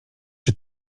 czy